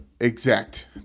exact